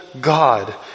God